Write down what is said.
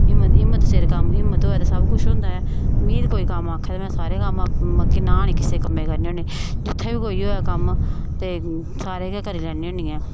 हिम्मत हिम्मत सिर कम्म हिम्मत होऐ ते सब कुछ होंदा ऐ मीं ते कोई कम्म आक्खै ते में ते सारे कम्म ना निं कुसै कम्मै गी करनी होन्नी जित्थें बी कोई होऐ कम्म ते सारे गे करी लैन्नी होन्नी आं